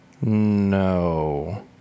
no